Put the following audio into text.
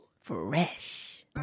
Fresh